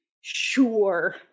Sure